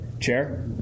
chair